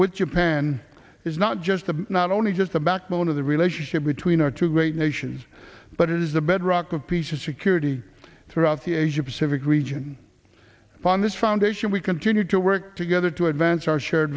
with japan is not just a not only just the backbone of the relationship between our two great nations but it is the bedrock of peace and security throughout the asia pacific region upon this foundation we continue to work together to advance our shared